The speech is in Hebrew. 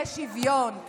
יהיה שוויון.